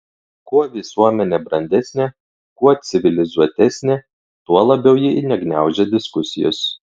kuo visuomenė brandesnė kuo civilizuotesnė tuo labiau ji negniaužia diskusijos